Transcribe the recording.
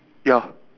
yup